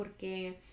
porque